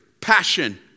passion